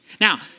Now